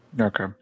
Okay